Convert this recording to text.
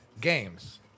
games